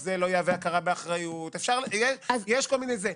זה לא יהווה הכרה באחריות" ועוד כל מיני דברים כאלה.